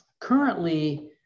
currently